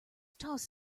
toss